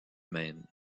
maine